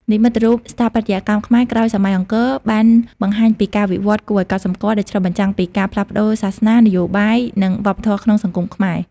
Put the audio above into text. និមិត្តរូបស្ថាបត្យកម្មខ្មែរក្រោយសម័យអង្គរបានបង្ហាញពីការវិវឌ្ឍគួរឱ្យកត់សម្គាល់ ដែលឆ្លុះបញ្ចាំងពីការផ្លាស់ប្តូរសាសនា នយោបាយ និងវប្បធម៌ក្នុងសង្គមខ្មែរ។